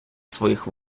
своїх